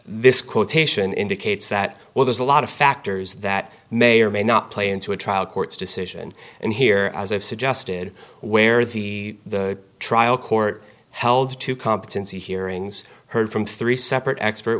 this quotation indicates that well there's a lot of factors that may or may not play into a trial court's decision and here as i've suggested where the the trial court held to competency hearings heard from three separate expert